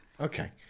Okay